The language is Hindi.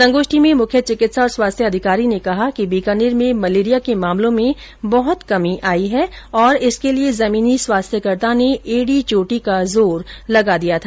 संगोष्ठी में मुख्य चिकित्सा और स्वास्थ्य अधिकारी ने कहा कि बीकानेर में मलेरिया के मामलों में बहुत कमी आई है और इसके लिये जुमीनी स्वास्थ्यकर्ता ने एडी चोटी का जोर लगा दिया था